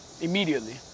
Immediately